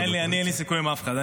אין לי, אני אין לי סיכום עם אף אחד.